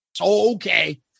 Okay